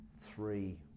three